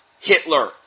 Hitler